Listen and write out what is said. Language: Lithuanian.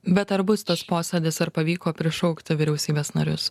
bet ar bus tas posėdis ar pavyko prišaukti vyriausybės narius